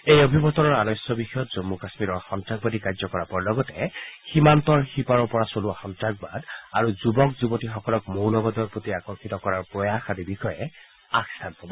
এই অভিৱৰ্তনৰ আলোচ্য বিষয়ত জম্মু কামীৰত সন্তাসবাদী কাৰ্যকলাপৰ লগতে সীমান্তৰ সীপাৰৰ পৰা চলোৱা সন্তাসবাদ আৰু যুৱক যুৱতীসকলক মৌলবাদৰ প্ৰতি আকৰ্ষিত কৰাৰ প্ৰয়াস আদি বিষয়ে আগস্থান পাব